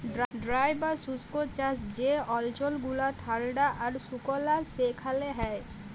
dry বা শুস্ক চাষ যে অল্চল গুলা ঠাল্ডা আর সুকলা সেখালে হ্যয়